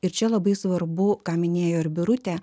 ir čia labai svarbu ką minėjo ir birutė